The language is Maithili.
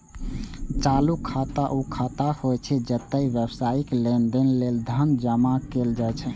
चालू खाता ऊ खाता होइ छै, जतय व्यावसायिक लेनदेन लेल धन जमा कैल जाइ छै